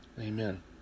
Amen